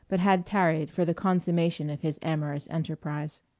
but had tarried for the consummation of his amorous enterprise.